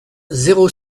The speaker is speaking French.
zéro